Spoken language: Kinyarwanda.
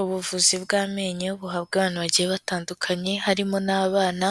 Ubuvuzi bw'amenyo buhabwa abantu bagiye batandukanye harimo n'abana,